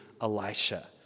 Elisha